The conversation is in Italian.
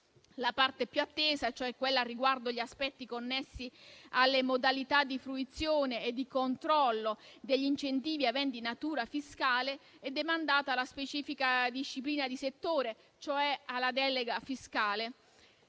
La parte più attesa, cioè quella che riguarda gli aspetti connessi alle modalità di fruizione e di controllo degli incentivi aventi natura fiscale, è demandata alla specifica disciplina di settore, cioè alla delega fiscale.